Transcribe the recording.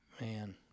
Man